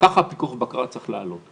ככה הפיקוח והבקרה צריך לעלות.